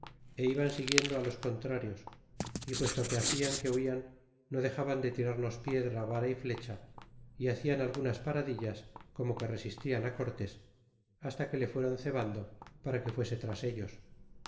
é iban siguiendo los contrarios y puesto que lindan que huian no dexaban de tirarnos piedra vara ylecha y hacian algunas paradillas como que re sistian cortés hasta que le fueron cebando para que fuese tras ellos